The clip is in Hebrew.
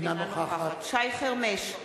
אינה נוכחת שי חרמש,